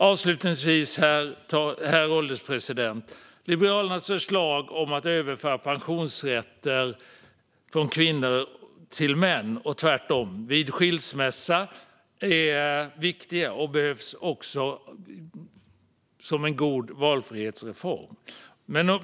Avslutningsvis, herr ålderspresident, är Liberalernas förslag om att överföra pensionsrätter från kvinnor till män och tvärtom vid skilsmässa viktiga. Det behövs som en god valfrihetsreform.